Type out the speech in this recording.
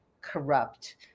corrupt